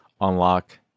unlock